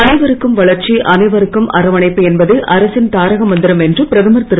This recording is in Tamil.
அனைவருக்கும் வளர்ச்சி அனைவருக்கும் அரவணைப்பு என்பதே அரசின் தாரக மந்திரம் என்று பிரதமர் திரு